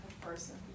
person